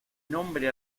nombre